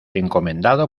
encomendado